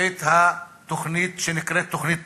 את התוכנית שנקראת "תוכנית פראוור",